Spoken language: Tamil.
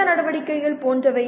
எந்த நடவடிக்கைகள் போன்றவை